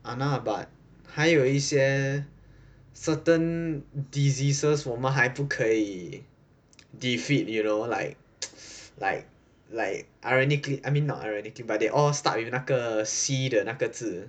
!hanna! but 还有一些 certain diseases 我们还不可以 defeat you know like like like ironically I mean not ironically but they all start with 那个 C 的那个字